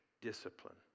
discipline